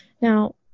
Now